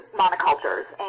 monocultures